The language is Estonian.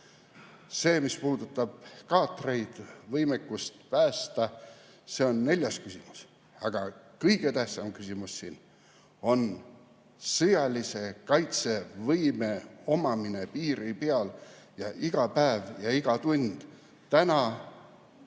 See, mis puudutab kaatreid, võimekust päästa, on juba neljas küsimus. Aga kõige tähtsam küsimus on sõjalise kaitsevõime omamine piiri peal, iga päev ja iga tund – täna,